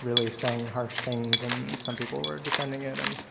really saying harsh things and some people were defending it. and